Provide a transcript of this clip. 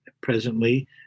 presently